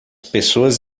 pessoas